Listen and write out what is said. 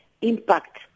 impact